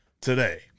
today